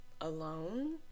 alone